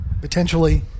Potentially